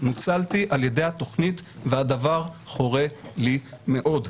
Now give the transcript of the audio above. "נוצלתי ע"י התוכנית והדבר חורה לי מאוד".